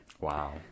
Wow